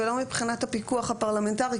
ולא מבחינת הפיקוח הפרלמנטרי.